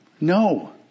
No